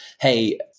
hey